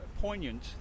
poignant